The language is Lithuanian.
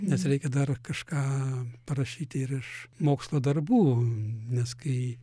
nes reikia dar kažką parašyti ir iš mokslo darbų nes kai